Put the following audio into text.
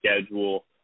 schedule